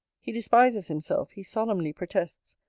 he despises himself, he solemnly protests,